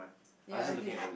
ya I did